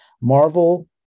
Marvel